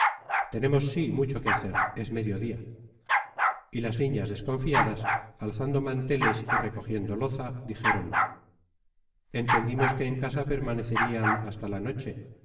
tenemos sí mucho que hacer es mediodía y las niñas desconfiadas alzando manteles y recogiendo loza dijeron entendimos que en casa permanecerían hasta la noche